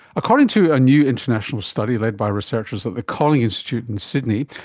according to a new international study led by researchers at the kolling institute in sydney,